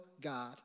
God